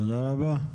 תודה רבה.